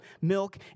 milk